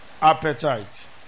appetite